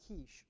Kish